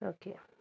okay